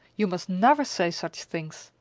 you must never say such things,